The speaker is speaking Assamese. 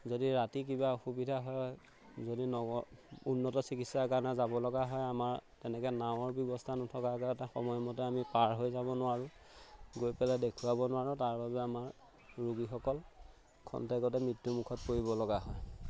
যদি ৰাতি কিবা অসুবিধা হয় যদি নগৰ উন্নত চিকিৎসাৰ কাৰণে যাব লগা হয় আমাৰ তেনেকে নাৱৰ ব্যৱস্থা নথকাৰ সময়মতে আমি পাৰ হৈ যাব নোৱাৰোঁ গৈ পেলাই দেখুৱাব নোৱাৰোঁ তাৰ বাবে আমাৰ ৰোগীসকল খন্তেকতে মৃত্যুমুখত পৰিবলগা হয়